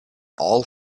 all